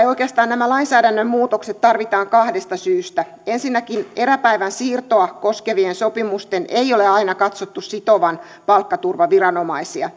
oikeastaan nämä lainsäädännön muutokset tarvitaan kahdesta syystä ensinnäkin eräpäivän siirtoa koskevien sopimusten ei ole aina katsottu sitovan palkkaturvaviranomaisia